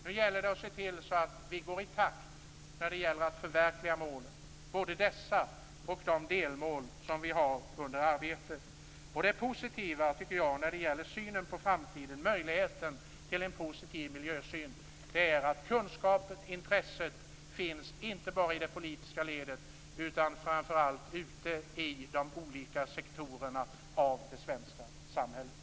Nu gäller det att se till att vi går i takt för att förverkliga målen, både dessa och delmålen under arbetet. Det positiva inför framtiden och möjligheten till en positiv miljösyn är att kunskapen och intresset inte bara finns i det politiska ledet utan framför allt ute i de olika sektorerna av det svenska samhället.